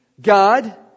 God